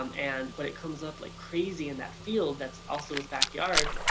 um and but it comes up like crazy in that field that's also his backyard,